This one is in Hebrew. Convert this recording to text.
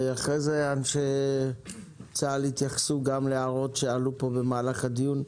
אחרי זה אנשי צה"ל יתייחסו גם להערות שעלו פה במהלך הדיון,